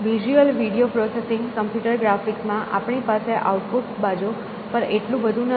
visual video processing computer graphics માં આપણી પાસે આઉટપુટ બાજુ પર એટલું બધું નથી